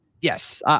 yes